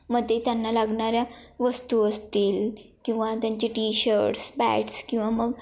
मग ते त्यांना लागणाऱ्या वस्तू असतील किंवा त्यांचे टीशर्ट्स बॅट्स किंवा मग